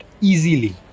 easily